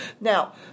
Now